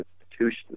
institutions